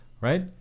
right